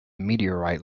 meteorite